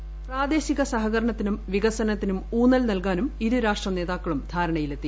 voice പ്രാദേശിക സഹകരണത്തിനും വികസനത്തിനും ഊന്നൽ നൽകാനും രാഷ്ട്രനേതാക്കളും ധാരണയിലെത്തി